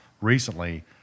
recently